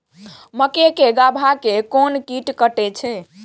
मक्के के गाभा के कोन कीट कटे छे?